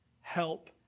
help